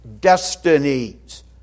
destinies